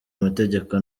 amategeko